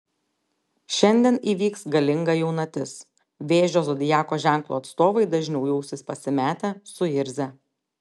šiandien įvyks galinga jaunatis vėžio zodiako ženklo atstovai dažniau jausis pasimetę suirzę